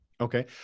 Okay